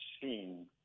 seen